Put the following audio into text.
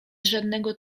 żadnego